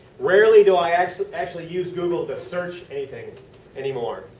rarely do i actually actually use google to search anything anymore.